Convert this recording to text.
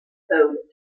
towed